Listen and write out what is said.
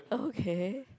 okay